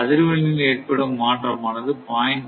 அதிர்வெண்ணில் ஏற்படும் மாற்றமானது 0